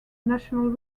national